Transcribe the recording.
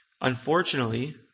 Unfortunately